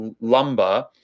lumber